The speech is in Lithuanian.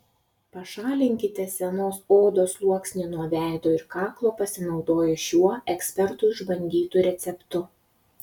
pašalinkite senos odos sluoksnį nuo veido ir kaklo pasinaudoję šiuo ekspertų išbandytu receptu